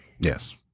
Yes